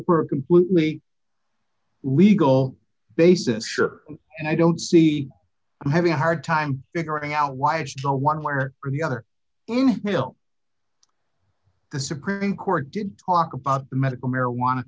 a completely legal basis and i don't see i'm having a hard time figuring out why it should go one way or the other in will the supreme court did talk about medical marijuana